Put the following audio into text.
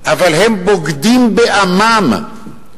אבל הם בוגדים בעמם.